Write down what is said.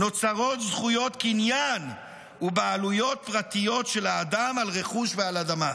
נוצרות זכויות קניין ובעלויות פרטיות של האדם על רכוש ועל אדמה.